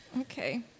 Okay